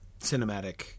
cinematic